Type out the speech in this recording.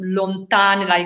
lontane